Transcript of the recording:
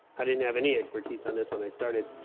i didn't have any expertise on this when i started.